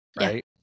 Right